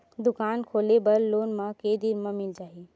दुकान खोले बर लोन मा के दिन मा मिल जाही?